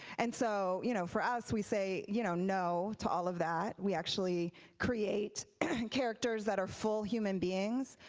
and so you know for us, we say you know no to all of that. we actually create characters that are full human beings,